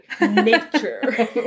Nature